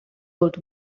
old